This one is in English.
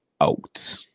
out